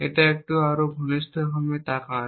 এটা একটু আরো ঘনিষ্ঠভাবে তাকান